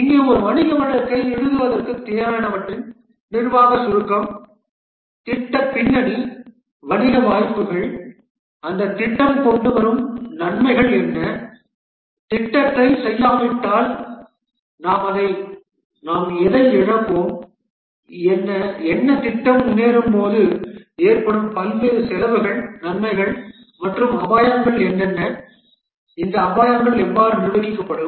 இங்கே ஒரு வணிக வழக்கை எழுதுவதற்குத் தேவையானவற்றின் நிர்வாகச் சுருக்கம் திட்டப் பின்னணி வணிக வாய்ப்புகள் அந்தத் திட்டம் கொண்டு வரும் நன்மைகள் என்ன திட்டத்தைச் செய்யாவிட்டால் நாம் எதை இழப்போம் என்ன திட்டம் முன்னேறும்போது ஏற்படும் பல்வேறு செலவுகள் நன்மைகள் மற்றும் அபாயங்கள் என்ன இந்த அபாயங்கள் எவ்வாறு நிர்வகிக்கப்படும்